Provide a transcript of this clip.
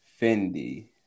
Fendi